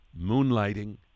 Moonlighting